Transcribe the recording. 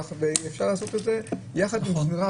אפשר לעשות את זה ביחד עם שמירה,